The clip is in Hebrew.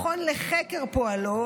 מכון לחקר פועלו.